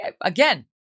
Again